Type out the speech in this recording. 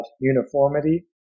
uniformity